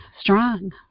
strong